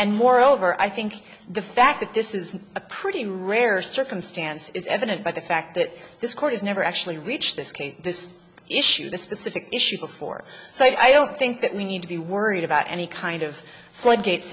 and moreover i think the fact that this is a pretty rare circumstance is evident by the fact that this court has never actually reached this case this issue this specific issue before so i don't think that we need to be worried about any kind of